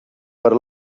per